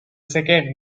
second